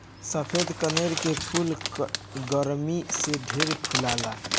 सफ़ेद कनेर के फूल गरमी में ढेर फुलाला